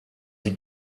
die